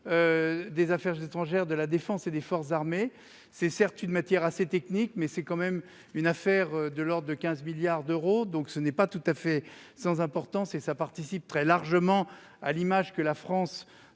des affaires étrangères, de la défense et des forces armées. Certes, la matière est assez technique, mais il s'agit tout de même d'une affaire de l'ordre de 15 milliards d'euros. Ce montant n'est pas tout à fait sans importance et participe très largement de l'aide que la France,